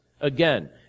again